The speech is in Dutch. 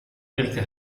werkte